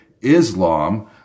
Islam